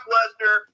Lesnar